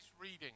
reading